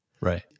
Right